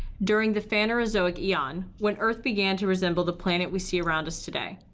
during the phanerozoic eon, when earth began to resemble the planet we see around us today.